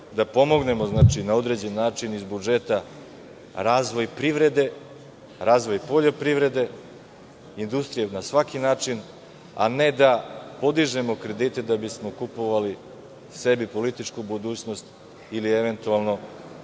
da pomognemo na određen način iz budžeta razvoj privrede, razvoj poljoprivrede, industrije na svaki način, a ne da podižemo kredite da bismo kupovali sebi političku budućnost ili eventualno